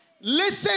Listen